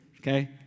okay